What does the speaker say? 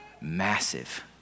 massive